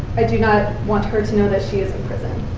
i do not want her to know that she is in prison.